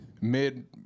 Mid